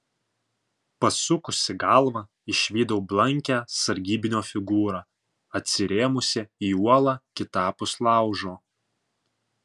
pasukusi galvą išvydau blankią sargybinio figūrą atsirėmusią į uolą kitapus laužo